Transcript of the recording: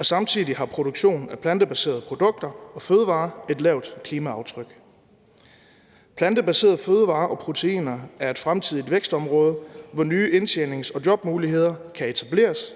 Samtidig har produktionen af plantebaserede produkter og fødevarer et lavt klimaaftryk. Plantebaserede fødevarer og proteiner er et fremtidigt vækstområde, hvor nye indtjenings- og jobmuligheder kan etableres,